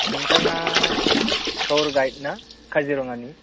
नोंथाङा tour guide ना काजिरङानि